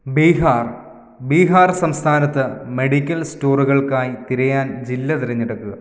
ബീഹാർ ബീഹാർ സംസ്ഥാനത്ത് മെഡിക്കൽ സ്റ്റോറുകൾക്കായി തിരയാൻ ജില്ല തിരഞ്ഞെടുക്കുക